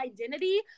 identity